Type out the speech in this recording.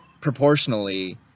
proportionally